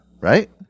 Right